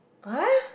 !huh!